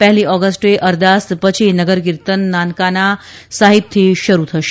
પહેલી ઓગસ્ટે અરદાસ પછી નગરકીર્તન નાનકાના સાહિબથી શરૂ થશે